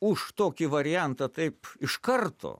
už tokį variantą taip iš karto